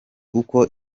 uko